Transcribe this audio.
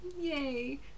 Yay